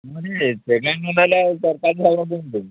ହଁ ରେ ପେମେଣ୍ଟ୍ ନନେଲେ ଆଉ ତରକାରୀ ଶାଗ କେମିତି ଦେବି